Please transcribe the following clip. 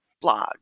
blog